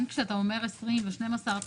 גם כשאתה אומר 20 או 12 מיליון שקל,